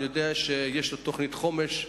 אני יודע שיש תוכנית חומש.